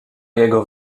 jego